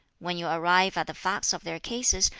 when you arrive at the facts of their cases,